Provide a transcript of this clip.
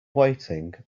waiting